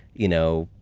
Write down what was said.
you know,